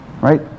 right